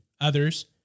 others